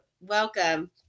Welcome